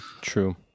True